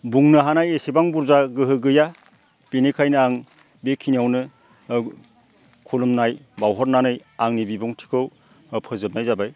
बुंनो हानाय एसेबां बुरजा गोहो गैया बेनिखायनो आं बेखिनियावनो खुलुमनाय बावहरनानै आंनि बिबुंथिखौ फोजोबनाय जाबाय